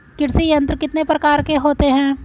कृषि यंत्र कितने प्रकार के होते हैं?